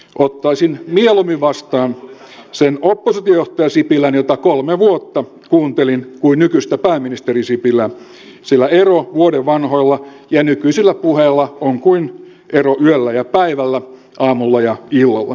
ottaisin mieluimmin vastaan sen oppositiojohtaja sipilän jota kolme vuotta kuuntelin kuin nykyisen pääministeri sipilän sillä ero vuoden vanhoilla ja nykyisillä puheilla on kuin ero yöllä ja päivällä aamulla ja illalla